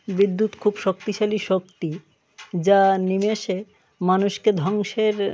বিদ্যুৎ খুব শক্তিশালী শক্তি যা নিমেষে মানুষকে ধ্বংসের